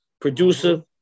producer